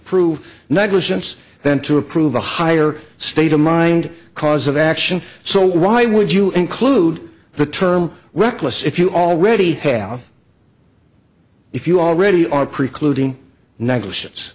prove negligence than to approve a higher state of mind cause of action so why would you include the term reckless if you already have if you already are precluding ne